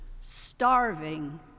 starving